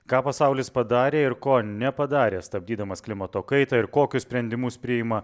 ką pasaulis padarė ir ko nepadarė stabdydamas klimato kaitą ir kokius sprendimus priima